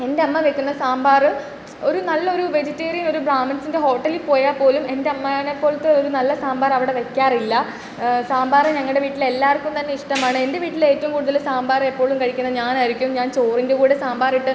എൻ്റമ്മ വെക്കുന്ന സാമ്പാർ ഒരു നല്ലൊരു വെജിറ്റേറിയൻ ഒരു ബ്രാഹ്മിണ്സിൻ്റെ ഹോട്ടലിൽ പോയാപ്പോലും എൻ്റമ്മേനെ പോലത്തെ ഒരു നല്ല സാമ്പാറവിടെ വെയ്ക്കാറില്ല സാമ്പാർ ഞങ്ങടെ വീട്ടിലെല്ലാർക്കും തന്നെ ഇഷ്ടമാണ് എൻ്റെ വീട്ടിലെറ്റോം കൂടുതൽ സാമ്പാർ എപ്പോഴും കഴിയ്ക്കുന്നത് ഞാനായിരിക്കും ഞാൻ ചോറിൻ്റെ കൂടെ സാമ്പാറിട്ട്